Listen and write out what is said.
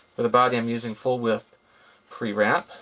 for the body, i'm using full width pre wrap.